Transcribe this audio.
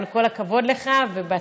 אבל כל הכבוד לך ובהצלחה.